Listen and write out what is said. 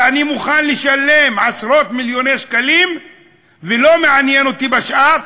ואני מוכן לשלם עשרות-מיליוני שקלים ולא מעניין אותי השאר,